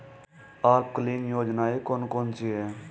अल्पकालीन योजनाएं कौन कौन सी हैं?